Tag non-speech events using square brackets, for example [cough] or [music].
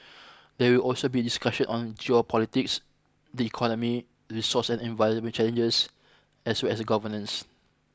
[noise] there also be discussion on geopolitics the economy resource and environment challenges as well as governance